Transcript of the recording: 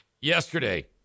Yesterday